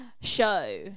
show